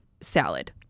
salad